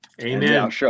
Amen